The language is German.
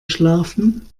schlafen